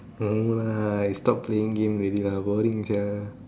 no lah you stop playing games already lah boring sia